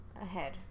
Ahead